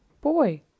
Boy